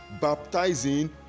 baptizing